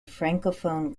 francophone